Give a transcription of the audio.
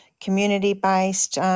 community-based